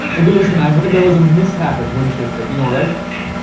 okay listen, i heard there was a mishap at holy shift, everything all right?